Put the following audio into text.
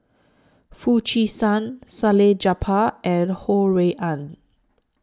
Foo Chee San Salleh Japar and Ho Rui An